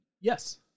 yes